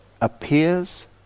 appears